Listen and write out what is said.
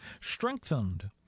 strengthened